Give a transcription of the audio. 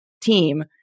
team